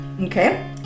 okay